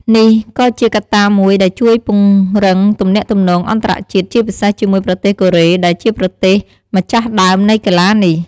នេះក៏ជាកត្តាមួយដែលជួយពង្រឹងទំនាក់ទំនងអន្តរជាតិ ជាពិសេសជាមួយប្រទេសកូរ៉េ ដែលជាប្រទេសម្ចាស់ដើមនៃកីឡានេះ។